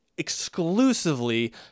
exclusively